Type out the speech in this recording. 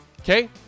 Okay